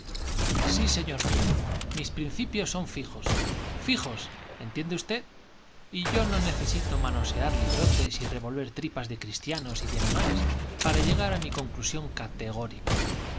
sí señor mío mis principios son fijos fijos entiende usted y yo no necesito manosear librotes y revolver tripas de cristianos y de animales para llegar a mi conclusión categórica